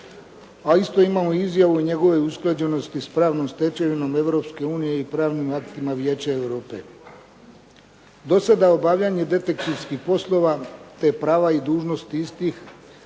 a isto imamo izjavu njegove usklađenosti s pravnom stečevinom Europske unije i pravnim aktima Vijeća Europe. Do sada obavljanje detektivskih poslova, te prava i dužnost istih,